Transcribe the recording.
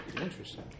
Interesting